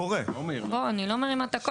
אבל אז לא תשלם על השקיות.